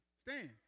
stand